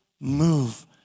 move